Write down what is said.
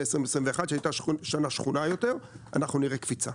2021 שהייתה שנה שחונה יותר אנחנו נראה קפיצה,